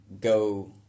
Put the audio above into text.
go